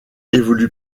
évolue